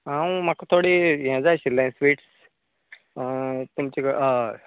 हांव म्हाका थोडें हें जाय आशिल्ले स्विट्स तुमचे कडेन हय